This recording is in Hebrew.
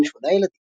ולהם שמונה ילדים.